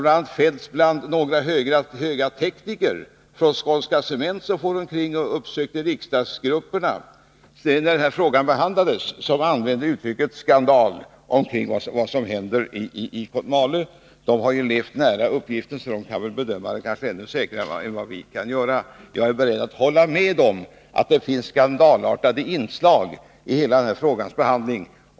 a. har Fredagen den några tekniker från Skånska Cement som uppsökte riksdagsgrupperna när 11 juni 1982 den här frågan behandlades använt uttrycket skandal om vad som händer i Kotmale. Och de har ju levt nära situationen, så de kan väl göra en ännu säkrare bedömning än vad vi kan. kraftverksprojektet Jag är beredd att hålla med om att det finns skandalartade inslag i hela den — Kosmale i Sri här frågans behandling.